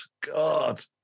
God